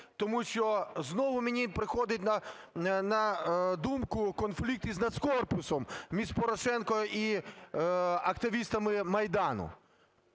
Тому що знову мені приходить на думку конфлікт із "Нацкорпусом", між Порошенком і активістами Майдану.